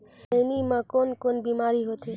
खैनी म कौन कौन बीमारी होथे?